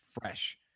fresh